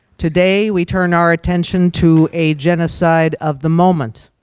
today, we turn our attention to a genocide of the moment,